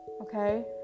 Okay